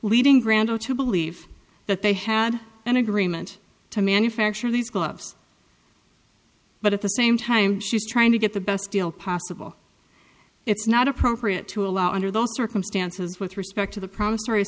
leading grandel to believe that they had an agreement to manufacture these gloves but at the same time she's trying to get the best deal possible it's not appropriate to allow under those circumstances with respect to the promis